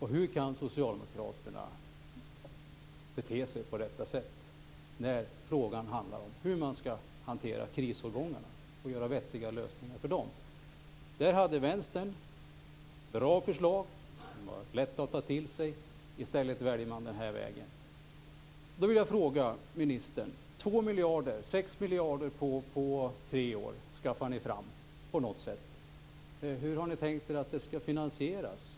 Hur kan socialdemokraterna bete sig på detta sätt när frågan handlar om hur man skall hantera krisårgångarna och göra vettiga lösningar för dem? Här hade Vänstern bra förslag som var lätta att ta till sig. I stället väljer man den här vägen. Jag vill fråga ministern: 2 miljarder - 6 miljarder på tre år - skaffar ni fram på något sätt. Hur har ni tänkt er att det skall finansieras?